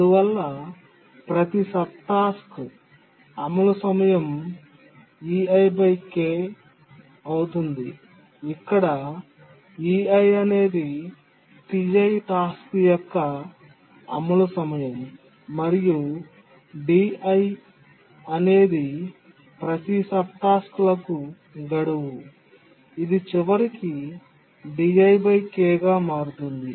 అందువల్ల ప్రతి సబ్టాస్క్ల అమలు సమయం అవుతుంది ఇక్కడ అనేది Ti టాస్క్ యొక్క అమలు సమయం మరియు అనేది ఈ ప్రతి సబ్టాస్క్లకు గడువు ఇది చివరికి గా మారుతుంది